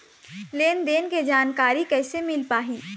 लेन देन के जानकारी कैसे मिल पाही?